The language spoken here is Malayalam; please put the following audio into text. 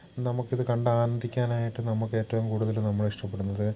നമുക്കിത് കണ്ട് ആനന്ദിക്കാനായിട്ട് നമുക്കേറ്റവും കൂടുതൽ നമ്മളിഷ്ടപ്പെടുന്നത്